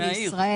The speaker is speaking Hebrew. המשפט.